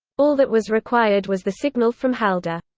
all that was required was the signal from halder.